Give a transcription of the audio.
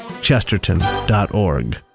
Chesterton.org